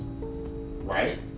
Right